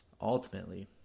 ultimately